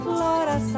Flora